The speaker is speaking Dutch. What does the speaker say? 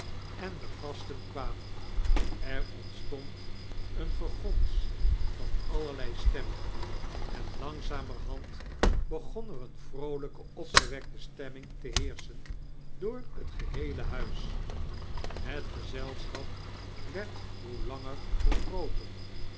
en te gasten kwamen er onltstioad een gegoms van alleriei stemmen en langzamerhand begon er eene vroolrjkei opgewekte stemming te heerschen door het geheele huis het gezelsohap werd hoe langer hoe grooter